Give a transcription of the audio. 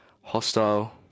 hostile